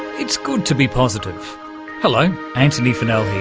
it's good to be positive hello antony funnell